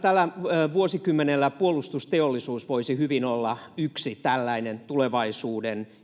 Tällä vuosikymmenellä puolustusteollisuus voisi hyvin olla yksi tällainen tulevaisuuden